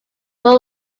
were